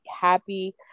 happy